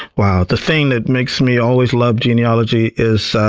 wow. the thing that makes me always love genealogy is